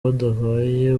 baduhaye